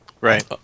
Right